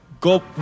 go